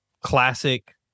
classic